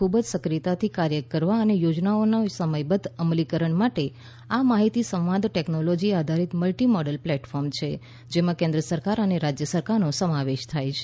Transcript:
ખૂબ જ સક્રિયતાથી કાર્ય કરવા અને યોજનાઓના સમયબદ્ધ અમલીકરણ માટે આ માહિતી સંવાદ ટેકનોલોજી આધારીત મલ્ટી મોડલ પ્લેટફોર્મ છે જેમાં કેન્દ્ર સરકાર અને રાજ્ય સરકારનો સમાવેશ થાય છે